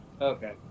Okay